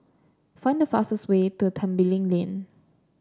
find the fastest way to Tembeling Lane